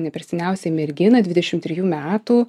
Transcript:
nė per seniausiai merginą dvidešimt trijų metų